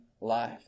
life